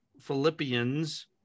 Philippians